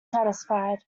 satisfied